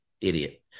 idiot